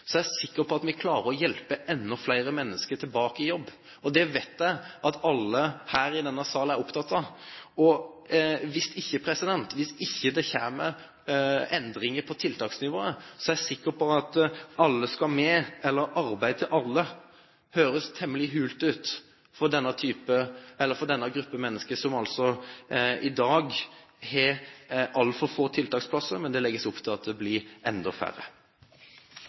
er jeg sikker på at vi klarer å hjelpe enda flere mennesker tilbake i jobb. Det vet jeg at alle her i denne sal er opptatt av. Hvis det ikke kommer endringer på tiltaksnivået, er jeg sikker på at «alle skal med» eller «arbeid til alle» vil høres temmelig hult ut for denne gruppen mennesker, som altså i dag har altfor få tiltaksplasser. Men det legges opp til at det blir enda færre.